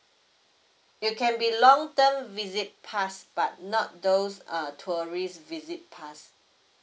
it can be long term visit pass but not those err tourist visit pass